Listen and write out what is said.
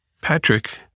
Patrick